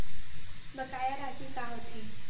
बकाया राशि का होथे?